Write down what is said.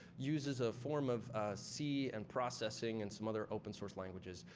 uses a form of c and processing and some other open source languages.